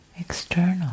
external